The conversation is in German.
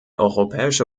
europäische